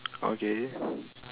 okay